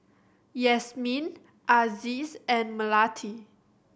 Yasmin Aziz and Melati